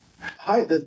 Hi